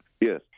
Yes